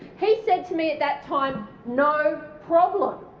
he said to me at that time, no problem.